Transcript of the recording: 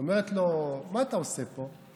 היא אומרת לו: מה אתה עושה פה?